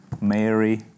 Mary